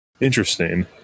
interesting